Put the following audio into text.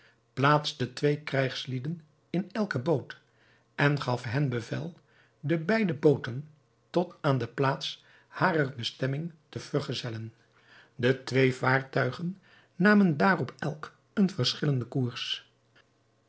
plaatste twee krijgslieden in elke boot en gaf hen bevel de beide booten tot aan de plaats harer bestemming te vergezellen de twee vaartuigen namen daarop elk een verschillenden koers